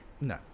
No